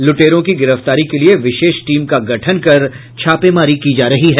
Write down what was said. लुटेरों की गिरफ्तारी के लिये विशेष टीम का गठन कर छापेमारी की जा रही है